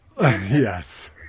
yes